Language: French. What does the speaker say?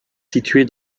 située